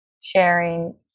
sharing